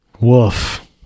Woof